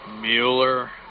Mueller